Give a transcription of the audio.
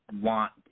want